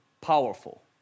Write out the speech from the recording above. powerful